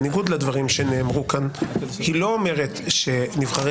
בניגוד לדברים שנאמרו כאן היא לא אומרת שנבחרי